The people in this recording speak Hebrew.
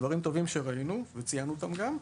דברים טובים שראינו וציינו גם אותם.